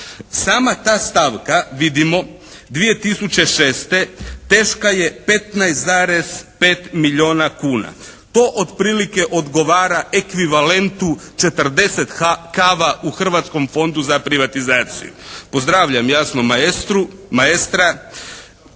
Sama ta stavka vidimo 2006. teška je 15,5 milijuna kuna. To otprilike odgovara ekvivalentu 40 kava u Hrvatskoj fondu za privatizaciju. Pozdravljam jasno maestra.